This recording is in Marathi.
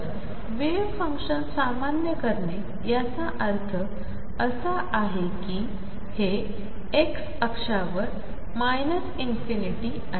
तर वेव्ह फंक्शन सामान्य करणे याचा अर्थ असा आहे की हे x अक्षावर ∞ आणि